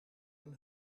een